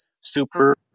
super